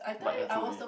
like anchovies